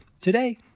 Today